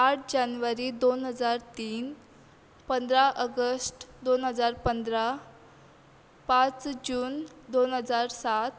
आठ जानेवारी दोन हजार तीन पंदरा ऑगश्ट दोन हजार पंदरा पांच जून दोन हजार सात